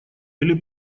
или